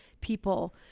people